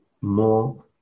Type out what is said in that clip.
more